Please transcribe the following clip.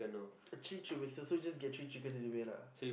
actually true makes sense so you just get three chickens anyway lah